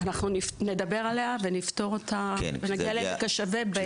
אנחנו נדבר עליה ונפתור אותה ונגיע לעמק השווה.